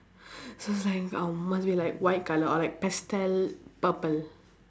so it's like um must be like white colour or like pastel purple